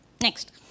next